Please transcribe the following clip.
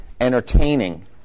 entertaining